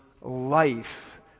life